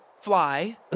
Fly